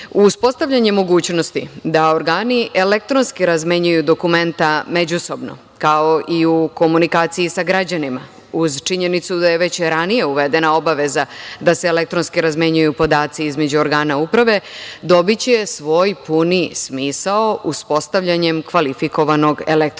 uspostavljanje mogućnosti da organi elektronski razmenjuju dokumenta međusobno, kao i u komunikaciji sa građanima, uz činjenicu da je već ranije uvedena obaveza da se elektronski razmenjuju podaci između organa uprave, dobiće svoj puni smisao uspostavljanjem kvalifikovanog elektronskog